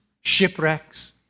shipwrecks